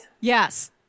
Yes